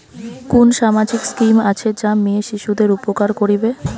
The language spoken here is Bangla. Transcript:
কুন সামাজিক স্কিম আছে যা মেয়ে শিশুদের উপকার করিবে?